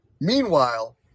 Meanwhile